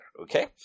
okay